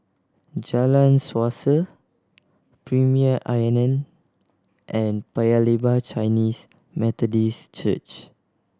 Jalan Suasa Premier Inn and Paya Lebar Chinese Methodist Church